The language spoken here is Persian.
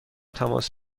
تماس